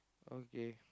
okay